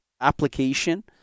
application